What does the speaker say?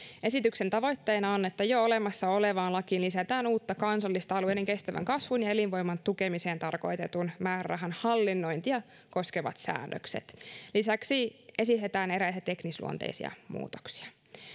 esityksen tavoitteena on että jo olemassa olevaan lakiin lisätään uutta kansallista alueiden kestävän kasvun ja elinvoiman tukemiseen tarkoitetun määrärahan hallinnointia koskevat säännökset lisäksi esitetään eräitä teknisluonteisia muutoksia